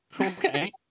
Okay